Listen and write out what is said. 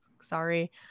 Sorry